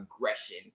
aggression